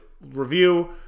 Review